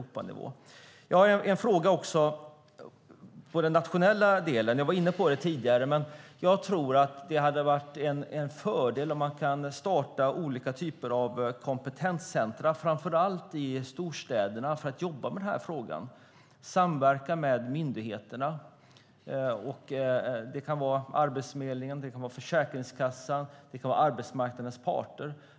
Jag har en fråga när det gäller den nationella delen, som jag var inne på tidigare. Jag tror att det skulle vara en fördel om man kan starta olika typer av kompetenscentrum, framför allt i storstäderna, för att jobba med denna fråga och samverka med myndigheterna. Det kan vara Arbetsförmedlingen, Försäkringskassan och arbetsmarknadens parter.